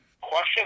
question